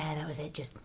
that was it. just,